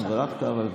אם בירכת.